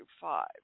five